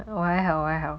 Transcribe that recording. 我还好 warehouse